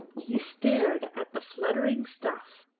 he stared at the fluttering stuff.